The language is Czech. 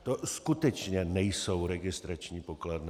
To skutečně nejsou registrační pokladny.